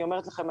אני אומרת לכם,